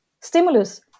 stimulus